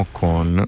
con